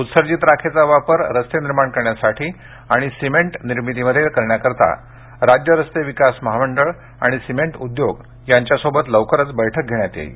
उत्सर्जित राखेचा वापर रस्ते निर्माण करण्यासाठी आणि सिमेंट निर्मितीमध्ये करण्यासाठी राज्य रस्ते विकास महामंडळ आणि सिमेंट उद्योग यांच्यासोबत लवकरच बैठक घेण्यात येणार आहे